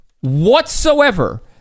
whatsoever